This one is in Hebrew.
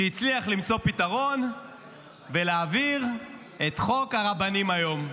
שהצליח למצוא פתרון ולהעביר את חוק הרבנים היום.